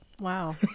Wow